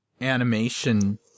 animation